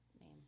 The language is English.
name